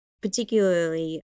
particularly